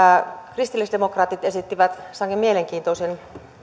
kristillisdemokraatit esittivät sangen mielenkiintoisen